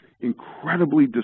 incredibly